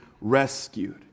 rescued